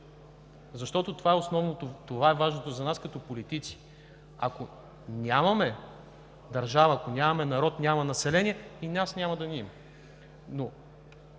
защото това е основното, това е важното за нас като политици. Ако нямаме държава, ако нямаме народ, няма население и нас няма да ни има,